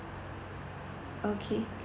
okay